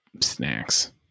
snacks